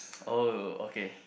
oh okay